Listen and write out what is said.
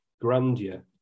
grandeur